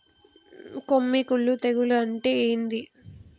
కొమ్మి కుల్లు తెగులు అంటే ఏంది?